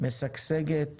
משגשגת